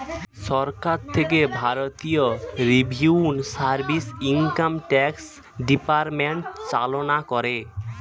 সরকার থেকে ভারতীয় revenue service, income tax department চালনা করে